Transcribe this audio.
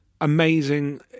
amazing